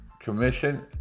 commission